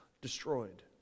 destroyed